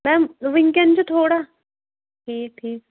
میم وٕنکٮ۪ن چھِ تھوڑا ٹھیٖک ٹھیٖک